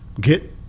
get